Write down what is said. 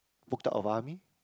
booked out of army